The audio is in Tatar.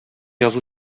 язу